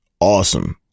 Awesome